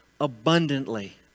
abundantly